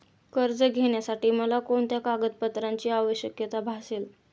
कर्ज घेण्यासाठी मला कोणत्या कागदपत्रांची आवश्यकता भासेल?